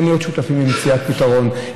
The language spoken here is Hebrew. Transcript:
כן להיות שותפים למציאת פתרון.